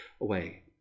away